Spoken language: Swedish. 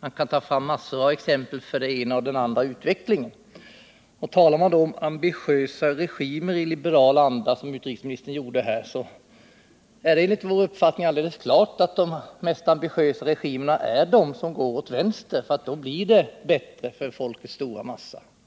Man kan ta fram massor av exempel som belyser den ena och den andra utvecklingen. När det gäller vad som är ambitiösa regimer, som utrikesministern här talade om, i en liberal anda, är det enligt vår uppfattning alldeles klart att de mest ambitiösa är de som går åt vänster. De leder till att det blir bättre för folkets stora massa.